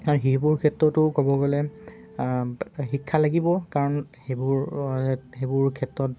আৰু সেইবোৰ ক্ষেত্ৰতো ক'ব গ'লে শিক্ষা লাগিব কাৰণ সেইবোৰ সেইবোৰ ক্ষেত্ৰত